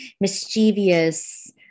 mischievous